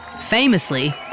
Famously